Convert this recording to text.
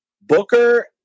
Booker